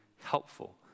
helpful